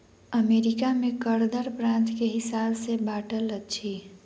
America में कर दर प्रान्त के हिसाब सॅ बाँटल अछि